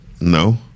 no